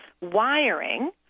wiring